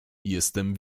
jestem